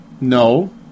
No